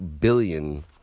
billion